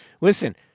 Listen